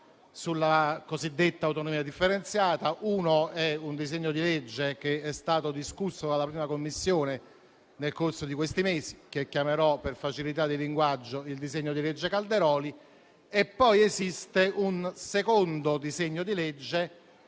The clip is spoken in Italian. sulla cosiddetta autonomia differenziata. Il primo è stato discusso dalla 1a Commissione nel corso di questi mesi e lo chiamerò, per facilità di linguaggio, il disegno di legge Calderoli. Poi esiste un secondo disegno di legge,